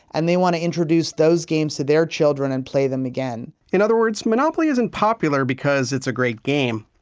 and they want to introduce those games to their children and play them again. in other words monopoly isn't popular because it's a great game.